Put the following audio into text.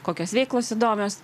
kokios veiklos įdomios